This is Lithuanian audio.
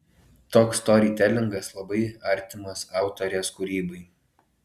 toks storytelingas labai artimas autorės kūrybai